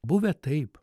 buvę taip